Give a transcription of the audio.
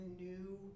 new